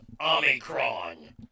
Omicron